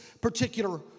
particular